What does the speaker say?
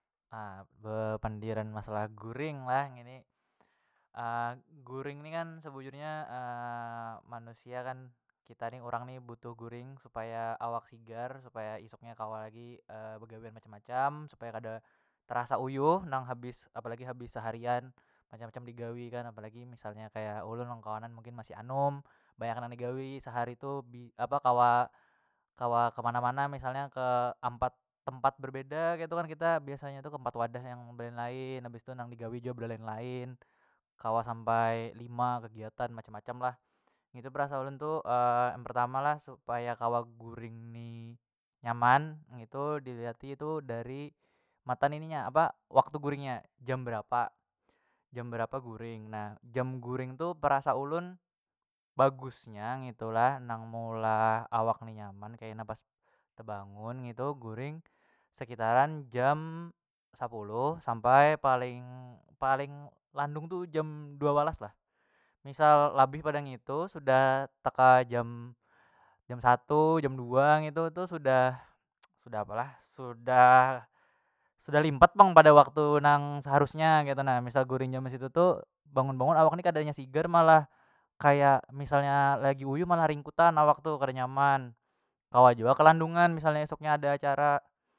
bepandiran masalah guring lah ngini guring ni kan sebujurnya manusia kan kita ni urang ni butuh guring supaya awak sigar supaya isuknya kawa lagi begawian macam- macam supaya kada terasa uyuh nang habis apalagi habis seharian macam- macam digawi kan apalagi misalnya kaya ulun lawan kawanan mungkin masih anum banyakan yang digawi sehari tu apa kawa kawa kemana- mana misalnya ke ampat tempat berbeda ketu kan kita biasa nya tu ke empat wadah yang belelain habis tu nang digawi jua belelain kawa sampai lima kegiatan macam- macam lah ngitu berasa ulun tu yang pertama lah supaya kawa guring ni nyaman ngitu diliati dari matan ini nya apa waktu guringnya jam berapa, jam berapa guring na jam guring tu perasa ulun bagusnya ngitu lah nang meulah awak ni nyaman keina pas tebangun ngitu guring sekitaran jam sapuluh sampai paling- paling landung tu jam dua walas lah misal labih pada nang itu sudah taka jam satu jam dua ngitu tu sudah sudah sudah limbat pang pada waktu nang saharusnya ngitu na misal guring jam seitu tu bangun- bangun awak ni kada nya sigar malah kaya misalnya lagi uyuh malah ringkutan awak tu kada nyaman kawa jua kelandungan misalnya esok nya ada acara.